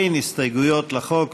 אין הסתייגויות לחוק,